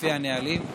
לפי הנהלים.